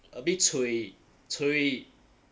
a bit cui cui